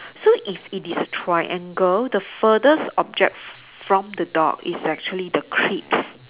so if it is a triangle the furthest object from the dog is actually the crisps